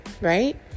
right